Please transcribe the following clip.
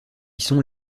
sont